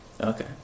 Okay